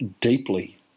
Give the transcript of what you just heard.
deeply